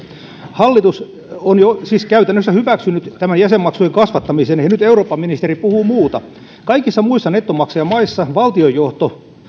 hallitus on siis jo käytännössä hyväksynyt tämän jäsenmaksujen kasvattamisen ja nyt eurooppaministeri puhuu muuta kaikissa muissa nettomaksajamaissa valtiojohto